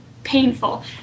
painful